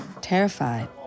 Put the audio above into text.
Terrified